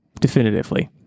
definitively